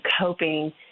coping